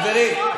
חברים,